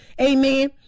Amen